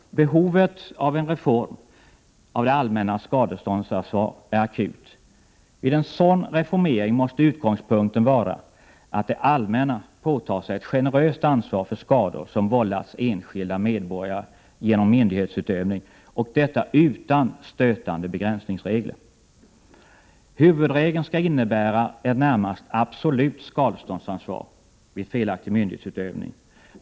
Behovet av en reform av det allmännas skadeståndsansvar är akut. Vid en sådan reformering måste utgångspunkten vara att det allmänna påtar sig ett generöst ansvar för skador som vållats enskilda medborgare genom myndighetsutövning och detta utan stötande begränsningsregler. Huvudreglen skall innebära ett närmast absolut skadeståndsansvar vid felaktig myndighetsutövning.